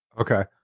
okay